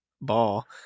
ball